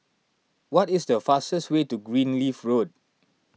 what is the fastest way to Greenleaf Road